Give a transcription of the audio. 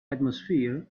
atmosphere